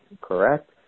correct